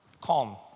calm